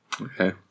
Okay